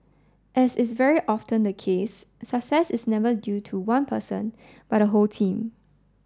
as is very often the case success is never due to one person but a whole team